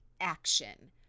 action